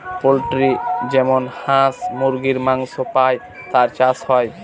poultry যেমন হাঁস মুরগীর মাংস পাই তার চাষ হয়